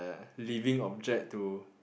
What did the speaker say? living object to